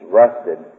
rusted